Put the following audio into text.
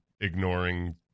ignoring